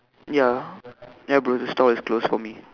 ya bro the store is closed for me